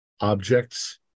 objects